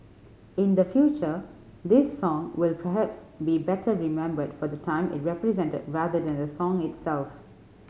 in the future this song will perhaps be better remembered for the time it represented rather than the song itself